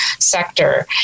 sector